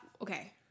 Okay